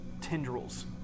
tendrils